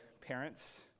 parents